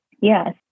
Yes